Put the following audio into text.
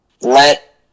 let